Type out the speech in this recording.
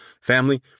Family